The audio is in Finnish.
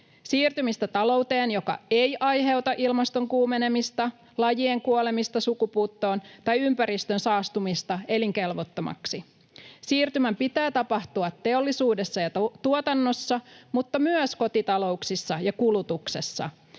siirtymistä talouteen, joka ei aiheuta ilmaston kuumenemista, lajien kuolemista sukupuuttoon tai ympäristön saastumista elinkelvottomaksi. Siirtymän pitää tapahtua teollisuudessa ja tuotannossa, mutta myös kotitalouksissa ja kulutuksessa.